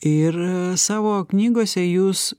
ir savo knygose jūs